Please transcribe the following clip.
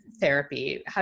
therapy